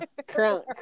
Crunk